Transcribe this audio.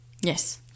Yes